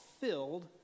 filled